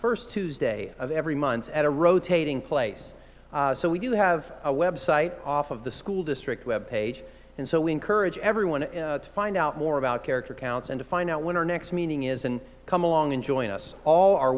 first tuesday of every month at a rotating place so we do have a website off of the school district web page and so we encourage everyone to find out more about character counts and to find out when our next meeting is and come along and join us all are